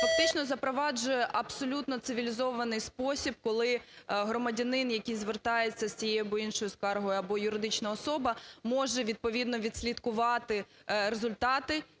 фактично запроваджує абсолютно цивілізований спосіб, коли громадянин, який звертається з цією або іншою скаргою або юридична особа, може відповідно відслідкувати результати